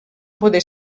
poder